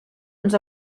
ens